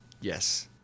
Yes